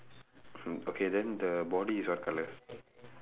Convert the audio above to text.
mm okay then the body is what colour